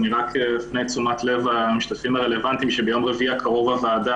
אפנה את תשומת לב המשתתפים הרלוונטיים שביום רביעי הקרוב הוועדה